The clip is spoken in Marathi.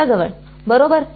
स्त्रोताजवळ बरोबर